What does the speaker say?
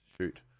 shoot